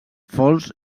fos